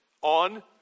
on